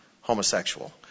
homosexual